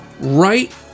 right